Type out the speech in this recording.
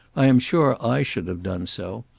i am sure i should have done so.